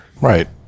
Right